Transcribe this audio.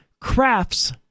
crafts